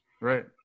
Right